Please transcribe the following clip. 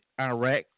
Iraq